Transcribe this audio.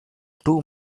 two